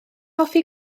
hoffi